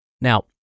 Now